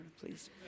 please